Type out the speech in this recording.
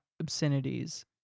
obscenities